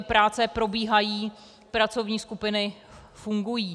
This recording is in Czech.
Práce probíhají, pracovní skupiny fungují.